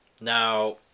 Now